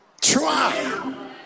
try